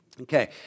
okay